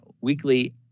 weekly